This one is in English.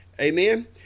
Amen